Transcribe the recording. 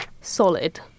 solid